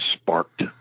sparked